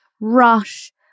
Rush